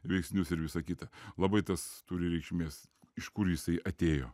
veiksnius ir visa kita labai tas turi reikšmės iš kur jisai atėjo